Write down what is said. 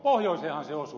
pohjoiseenhan se osuu